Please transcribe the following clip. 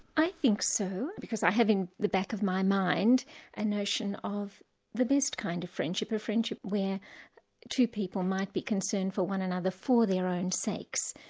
i think so, because i have in the back of my mind a notion of the best kind of friendship a friendship where two people might be concerned for one another for their own sakes,